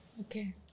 Okay